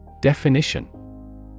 Definition